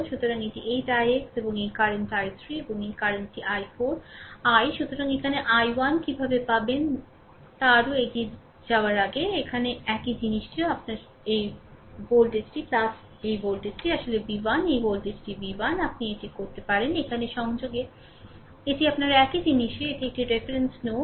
সুতরাং এটি 8 ix এবং এই কারেন্ট i3 এবং এই কারেন্ট টি i4 i সুতরাং এখানে I1 কীভাবে পাবেন তা আরও এগিয়ে যাওয়ার আগে এখানে একই জিনিসটিও এখানে আপনার এই ভোল্টেজটি আসলেv1 এই ভোল্টেজটিv1 আপনি এটি করতে এখানে সংযোগ এটি আপনার একই জিনিস এটি একটি রেফারেন্স নোড